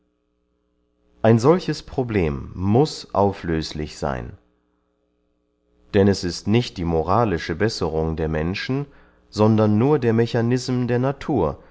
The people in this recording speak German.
ein solches problem muß auflöslich seyn denn es ist nicht die moralische besserung der menschen sondern nur der mechanism der natur